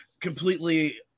completely